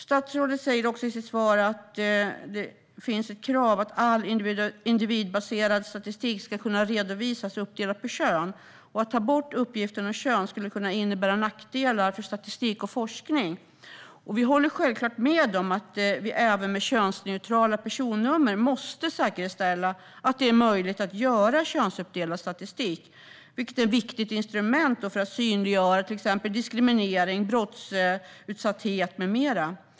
Statsrådet säger också i sitt svar att det finns ett krav på att all individbaserad statistik ska kunna redovisas uppdelad på kön och att det skulle kunna innebära nackdelar för statistik och forskning att ta bort uppgiften om kön. Vi håller självklart med om att man även med könsneutrala personnummer måste säkerställa att det är möjligt att skapa könsuppdelad statistik, vilket är ett viktigt instrument för att synliggöra till exempel diskriminering, utsatthet för brott med mera.